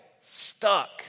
stuck